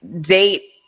date